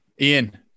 Ian